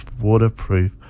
waterproof